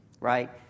right